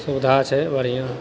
सुविधा छै बढ़िआँ